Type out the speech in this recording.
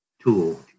tool